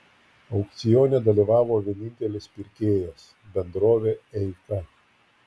aukcione dalyvavo vienintelis pirkėjas bendrovė eika